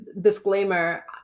disclaimer